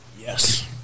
Yes